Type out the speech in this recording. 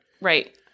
Right